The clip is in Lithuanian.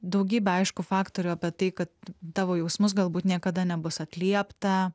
daugybę aišku faktorių apie tai kad tavo jausmus galbūt niekada nebus atliepta